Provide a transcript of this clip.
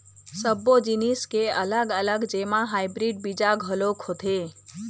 सब्बो जिनिस के अलग अलग जेमा हाइब्रिड बीजा घलोक होथे